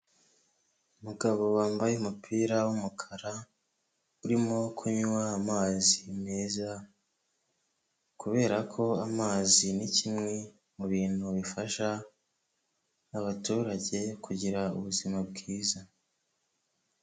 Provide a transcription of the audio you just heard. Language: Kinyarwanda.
Umugabo wambaye umupira w'umukara urimo kunywa amazi meza kubera ko amazi ni kimwe mu bintu bifasha abaturage kugira ubuzima bwiza.